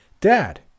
Dad